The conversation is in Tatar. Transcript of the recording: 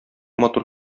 матур